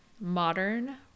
Modern